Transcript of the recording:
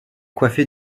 coiffée